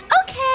Okay